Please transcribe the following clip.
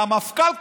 והמפכ"ל,